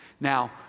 Now